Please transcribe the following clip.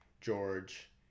George